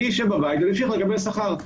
הוא ישב בבית וימשיך לקבל שכר.